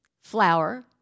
flour